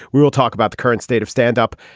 we will talk about the current state of standup.